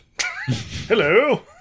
Hello